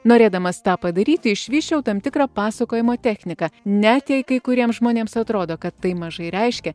norėdamas tą padaryti išvysčiau tam tikrą pasakojimo techniką net jei kai kuriems žmonėms atrodo kad tai mažai reiškia